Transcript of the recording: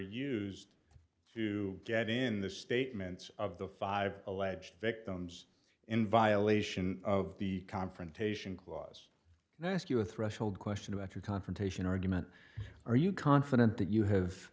used to get in the statements of the five alleged victims in violation of the confrontation clause and i ask you a threshold question about your confrontation argument are you confident that you have